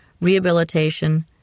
rehabilitation